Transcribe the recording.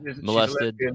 molested